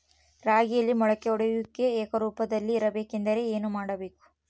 ರಾಗಿಯಲ್ಲಿ ಮೊಳಕೆ ಒಡೆಯುವಿಕೆ ಏಕರೂಪದಲ್ಲಿ ಇರಬೇಕೆಂದರೆ ಏನು ಮಾಡಬೇಕು?